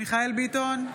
מיכאל מרדכי ביטון,